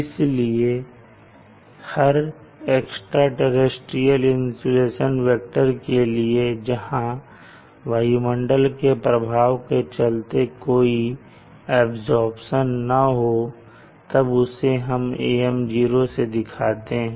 इसलिए हर extra terrestrial insolation vector के लिए जहां वायुमंडल के प्रभाव के चलते कोई अब्जॉर्प्शन ना हो तब उसे हम AM0 से दिखाते हैं